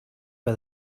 que